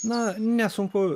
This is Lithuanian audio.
na nesunku